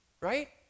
right